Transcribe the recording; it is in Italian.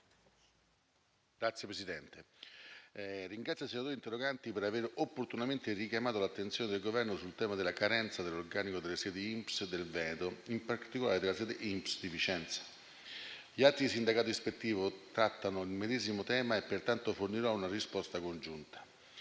Signor Presidente, ringrazio i senatori interroganti per aver opportunamente richiamato l'attenzione del Governo sul tema della carenza di organico delle sedi INPS del Veneto, in particolare di quella di Vicenza. Gli atti di sindacato ispettivo trattano il medesimo tema, pertanto fornirò una risposta congiunta.